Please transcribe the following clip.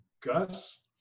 gus